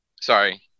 Sorry